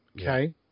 okay